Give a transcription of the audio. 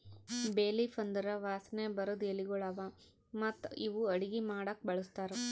ಬೇ ಲೀಫ್ ಅಂದುರ್ ವಾಸನೆ ಬರದ್ ಎಲಿಗೊಳ್ ಅವಾ ಮತ್ತ ಇವು ಅಡುಗಿ ಮಾಡಾಕು ಬಳಸ್ತಾರ್